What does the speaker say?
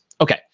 Okay